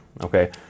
okay